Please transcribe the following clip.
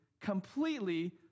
completely